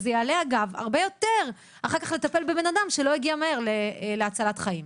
זה יעלה הרבה יותר לטפל אחר כך בבן אדם שלא הגיע מהר להצלת חיים.